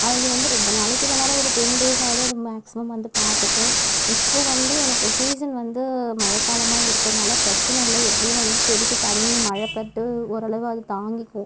அது வந்து ரொம்ப நாளைக்கு இல்லைனாலும் ஒரு டென் டேஸாவது அது மேக்சிமம் வந்து பார்த்துக்கும் இப்போது வந்து எனக்கு சீசன் வந்து மழைக்காலமா இருக்கிறதுனால பிரச்சனை இல்லை எப்படியும் வந்து செடிக்கு தண்ணீர் மழைப்பட்டு ஓரளவு அது தாங்கிக்கும்